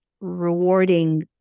rewarding